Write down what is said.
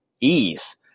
ease